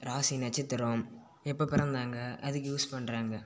ராசி நட்சத்திரம் எப்போ பிறந்தாங்க அதுக்கு யூஸ் பண்ணுறாங்க